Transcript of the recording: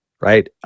right